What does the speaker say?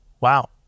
Wow